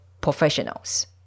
professionals